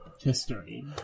History